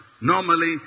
Normally